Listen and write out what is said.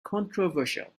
controversial